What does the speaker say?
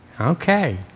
Okay